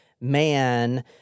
man